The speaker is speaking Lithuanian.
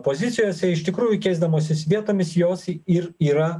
pozicijose iš tikrųjų keisdamosis vietomis jos ir yra